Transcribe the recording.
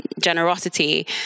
generosity